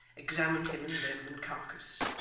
examined him in limb and carcass.